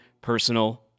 personal